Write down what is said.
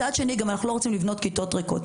מצד שני, אנחנו גם לא רוצים לבנות כיתות ריקות.